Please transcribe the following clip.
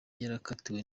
yarakatiwe